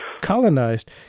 colonized